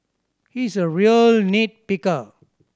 he is a real nit picker